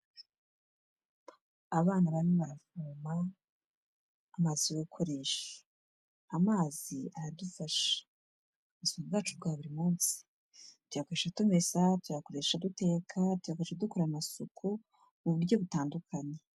Abana bane baravoma amazi yo gukoresha. Amazi aradufasha mu buzima ubwacu bwa buri munsi. Tuyakoresha tumesa, tuyakoresha duteka, tuyakoresha dukora amasuku mu buryo butandukanye.